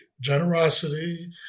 generosity